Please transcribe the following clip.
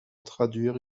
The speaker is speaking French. traduire